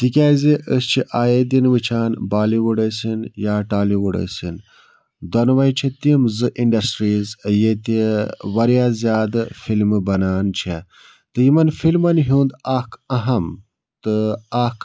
تِکیٛازِ أسۍ چھِ آیے دِن وُچھان بالی وُڈ ٲسِن یا ٹالی وُڈ ٲسِن دۄنوَے چھِ تِم زٕ اِنڈسٹریٖز ییٚتہِ واریاہ زیادٕ فِلمہٕ بَنان چھےٚ تہٕ یِمَن فِلمَن ہُنٛد اَکھ اَہم تہٕ اَکھ